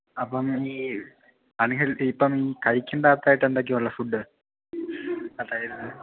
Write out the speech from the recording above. അപ്പം ഈ അൺഹെൽത്തി ഇപ്പം കഴിക്കണ്ടാത്തതായിട്ട് എന്തൊക്കെയാണ് ഉള്ളത് ഫുഡ്ഡ് അതായത്